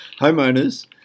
homeowners